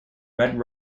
red